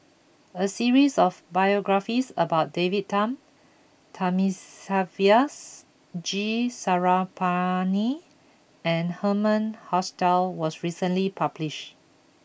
a series of biographies about David Tham Thamizhavels G Sarangapani and Herman Hochstadt was recently published